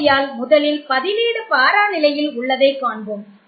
ஆகையால் முதலில் பதிலீடூ பாரா நிலையில் உள்ளதை காண்போம்